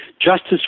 Justice